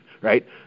right